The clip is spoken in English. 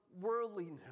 worldliness